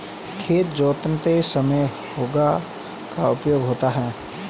खेत जोतते समय हेंगा का उपयोग होता है